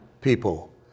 people